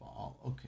Okay